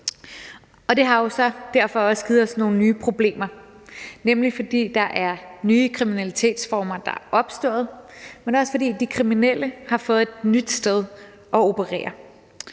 det har derfor også givet os nogle nye problemer, nemlig at der er opstået nye kriminalitetsformer, men også at de kriminelle har fået et nyt sted at operere.